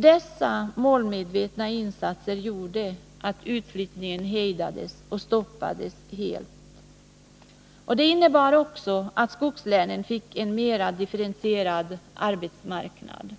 Dessa målmedvetna insatser gjorde att utflyttningen hejdades och stoppades helt, och det innebar också att skogslänen fick en mer differentierad arbetsmarknad.